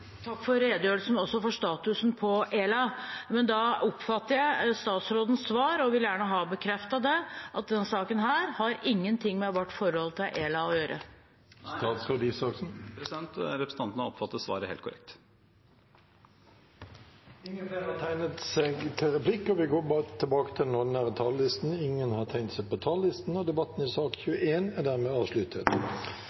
Takk for redegjørelsen og statusen for ELA. Da oppfatter jeg statsrådens svar slik, og vil gjerne ha det bekreftet, at denne saken har ingenting med vårt forhold til ELA å gjøre. Representanten har oppfattet svaret helt korrekt. Replikkordskiftet er omme. Flere har ikke bedt om ordet til sak nr. 21. Ingen har bedt om ordet. Det ringes til votering. Stortinget går da til votering og